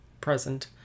present